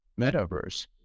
metaverse